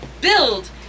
Build